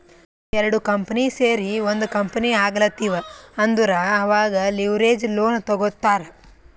ಎರಡು ಕಂಪನಿ ಸೇರಿ ಒಂದ್ ಕಂಪನಿ ಆಗ್ಲತಿವ್ ಅಂದುರ್ ಅವಾಗ್ ಲಿವರೇಜ್ ಲೋನ್ ತಗೋತ್ತಾರ್